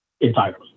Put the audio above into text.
entirely